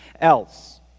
else